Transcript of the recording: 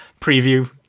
preview